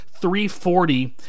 340